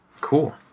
Cool